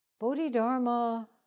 Bodhidharma